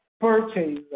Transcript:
purchase